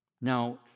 Now